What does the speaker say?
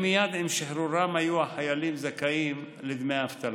מייד עם שחרורם היו החיילים זכאים לדמי אבטלה.